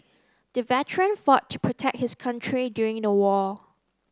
the veteran fought to protect his country during the war